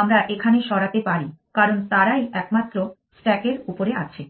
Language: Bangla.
আমরা এখানে সরাতে পারি কারণ তারাই একমাত্র স্ট্যাকের উপরে আছে